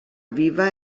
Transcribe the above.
viva